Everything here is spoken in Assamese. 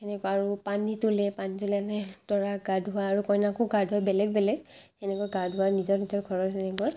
সেনেকুৱা আৰু পানী তুলে পানী তুলোঁতে দৰাক গা ধুওৱা আৰু কইনাকো গা ধুৱায় বেলেগ বেলেগ এনেকৈ গা ধুৱায় নিজৰ নিজৰ ঘৰত সেনেকৈ